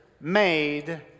made